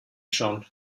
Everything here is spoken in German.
schon